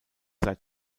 sei